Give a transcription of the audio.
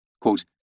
quote